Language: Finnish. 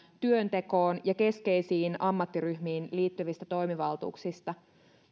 työntekoon ja keskeisiin ammattiryhmiin liittyvistä toimivaltuuksista